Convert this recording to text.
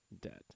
debt